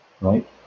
right